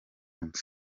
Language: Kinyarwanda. nzu